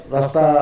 Rasta